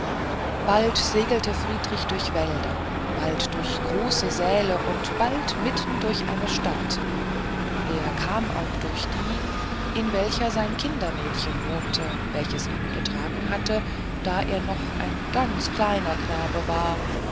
bald segelte friedrich durch wälder bald durch große säle oder mitten durch eine stadt er kam auch durch die in welcher sein kindermädchen wohnte welches ihn getragen hatte da er noch ein ganz kleiner knabe war